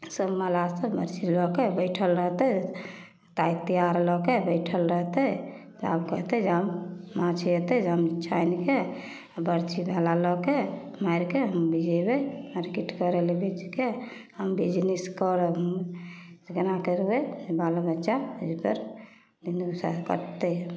सभ मलाहसभ मछरी लऽ कऽ बैठल रहतै तिआर लऽ कऽ बैठल रहतै तऽ आब कहतै जे हम माछ अएतै जे हम छानिके बरछी भाला लऽ कऽ मारिके हम जेबै मार्केट करैलए बेचिके हम बिजनिस करब से कोना करबै बाल बच्चा एहिबेर